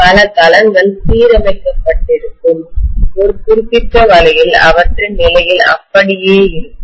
பல களங்கள் சீர் அமைக்கப்பட்டிருக்கும் ஒரு குறிப்பிட்ட வழியில் அவற்றின் நிலையில் அப்படியே இருக்கும்